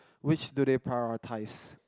which do they prioritize